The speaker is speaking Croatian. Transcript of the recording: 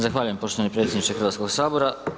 Zahvaljujem poštovani predsjedniče Hrvatskog sabora.